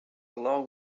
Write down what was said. long